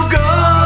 go